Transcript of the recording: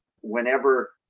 whenever